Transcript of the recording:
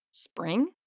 Spring